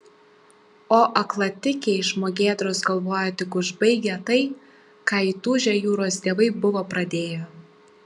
o aklatikiai žmogėdros galvojo tik užbaigią tai ką įtūžę jūros dievai buvo pradėję